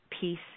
peace